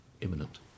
Imminent